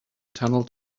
tunnel